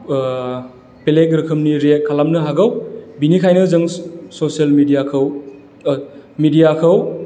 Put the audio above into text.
बेलेग रोखोमनि रियेक्ट खालामनो हागौ बिनिखायनो जों ससेल मिडियाखौ मिडियाखौ